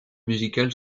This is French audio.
musical